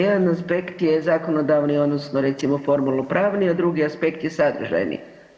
Jedan aspekt je zakonodavni odnosno recimo formalno pravni, a drugi aspekt je sadržajni.